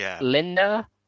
Linda